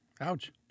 Ouch